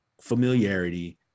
familiarity